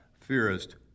fearest